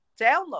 download